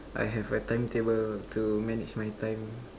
I have a timetable to manage my time